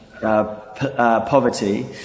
Poverty